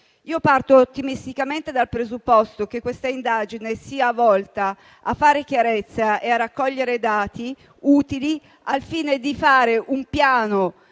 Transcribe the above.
Parto ottimisticamente dal presupposto che questa indagine sia volta a fare chiarezza e a raccogliere dati utili al fine di fare un piano